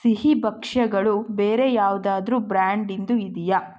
ಸಿಹಿ ಭಕ್ಷ್ಯಗಳು ಬೇರೆ ಯಾವುದಾದ್ರೂ ಬ್ರ್ಯಾಂಡಿಂದು ಇದೆಯಾ